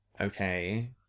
okay